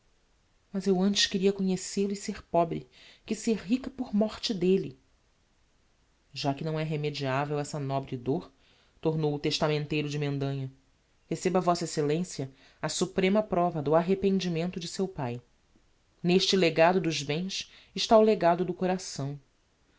mas eu antes queria conhecel o e ser pobre que ser rica por morte d'elle já que não é remediavel essa nobre dôr tornou o testamenteiro de mendanha receba v exc a a suprema prova do arrependimento de seu pai n'este legado dos bens está o legado do coração